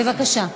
בבקשה.